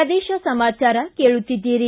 ಪ್ರದೇಶ ಸಮಾಚಾರ ಕೇಳುತ್ತಿದ್ದೀರಿ